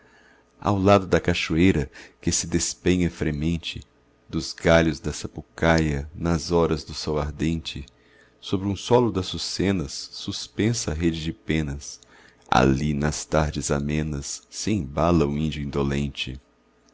ao lado da cachoeira que se despenha fremente dos galhos da sapucaia nas horas do sol ardente sobre um solo daçucenas suspensa a rede de penas ali nas tardes amenas se embala o índio indolente